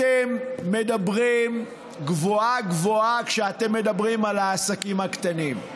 אתם מדברים גבוהה-גבוהה כשאתם מדברים על העסקים הקטנים.